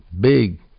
Big